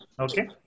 Okay